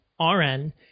RN